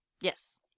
Yes